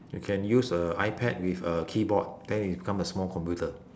you can use a ipad with a keyboard then it become a small computer